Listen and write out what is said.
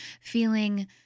feeling